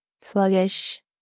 sluggish